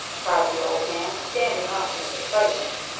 cried the old man, standing up in his excitement.